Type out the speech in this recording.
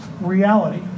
reality